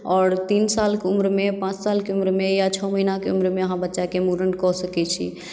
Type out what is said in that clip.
आओर तीन सालके उम्रमे पाँच सालके उम्रमे या छओ महिनाके उम्रमे अहाँ बच्चाके मुड़न कऽ सकैत छी